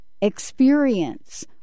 experience